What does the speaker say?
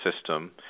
system